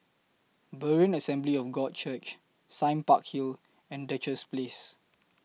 Berean Assembly of God Church Sime Park Hill and Duchess Place